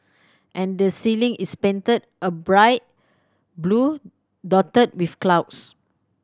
and the ceiling is painted a bright blue dotted with clouds